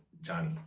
Johnny